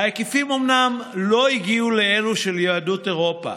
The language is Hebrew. ההיקפים אומנם לא הגיע לאלו של יהדות אירופה,